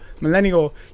Millennial